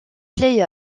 play